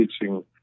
teaching